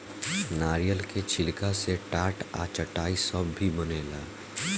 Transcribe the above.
नारियल के छिलका से टाट आ चटाई सब भी बनेला